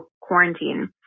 quarantine